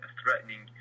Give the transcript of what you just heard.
threatening